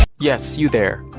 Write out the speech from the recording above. yes, you there.